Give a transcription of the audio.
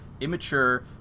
immature